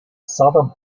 southern